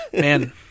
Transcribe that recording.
Man